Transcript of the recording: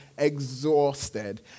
exhausted